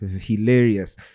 hilarious